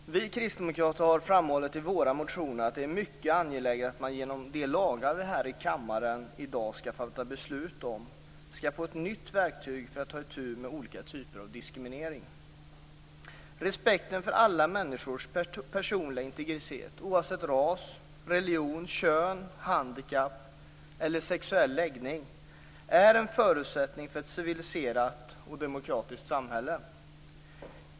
Fru talman! Vi kristdemokrater har framhållit i våra motioner att det är mycket angeläget att man genom de lagar vi här i kammaren i dag skall fatta beslut om skall få ett nytt verktyg för att ta itu med olika typer av diskriminering. Respekten för alla människors personliga integritet, oavsett ras, religion, kön, handikapp eller sexuell läggning, är en förutsättning för ett civiliserat och demokratiskt samhälle.